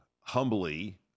humbly